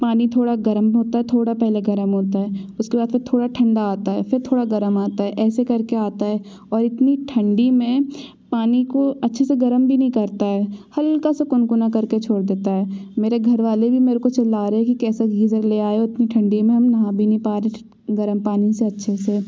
पानी थोड़ा गर्म होता है थोड़ा पहले गरम होता है उसके बाद फिर थोड़ा ठंडा आता है फिर थोड़ा गर्म आता है ऐसे कर के आता है और इतनी ठंडी में पानी को अच्छे से गर्म भी नहीं करता है हल्का सा कुनकुना कर के छोड़ देता है मेरे घर वाले भी मेरे को चिल्ला रहे कि कैसा गीज़र ले आए हो कि इतनी ठंडी में हम नहा भी नहीं पा रहें हैं गर्म पानी से अच्छे से